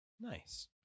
Nice